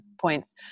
points